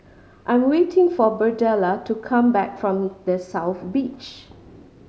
I'm waiting for Birdella to come back from The South Beach